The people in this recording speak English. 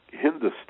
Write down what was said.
Hindustan